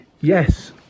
Yes